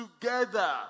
together